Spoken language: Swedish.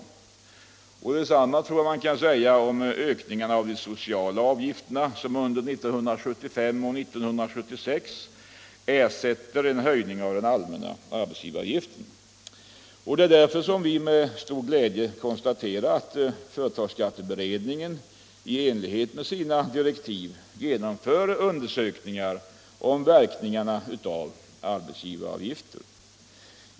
Detsamma tror jag att man kan säga om ökningarna av de sociala avgifterna, som under 1975 och 1976 ersätter en höjning av den allmänna arbetsgivaravgiften. Det är därför som vi med stor glädje konstaterar att företagsskatteberedningen i enlighet med sina direktiv genomför undersökningar om verkningarna av arbetsgivaravgifter.